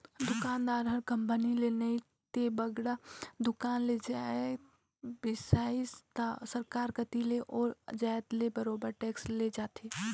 दुकानदार ह कंपनी ले नइ ते बड़का दुकान ले जाएत बिसइस त सरकार कती ले ओ जाएत ले बरोबेर टेक्स ले जाथे